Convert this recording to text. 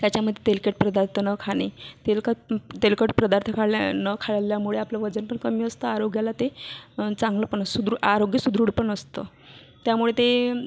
त्याच्यामधे तेलकट पदार्थ न खाणे तेलकट तेलकट पदार्थ खाल्ल्या न खाल्ल्यामुळे आपलं वजनपण कमी असतं आरोग्याला ते चांगलंपण सुदृढ आरोग्य सुदृढपण असतं त्यामुळे ते